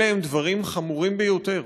אלה דברים חמורים ביותר.